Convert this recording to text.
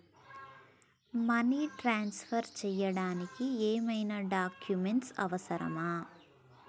Money transfer చేయడానికి ఏమైనా documents అవసరమా?